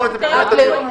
דיברנו על זה.